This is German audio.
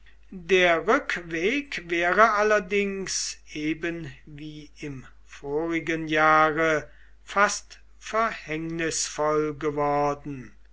der rückweg wäre allerdings eben wie im vorigen jahre fast verhängnisvoll geworden